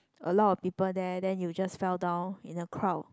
a lot of people there then you just fell down in a crowd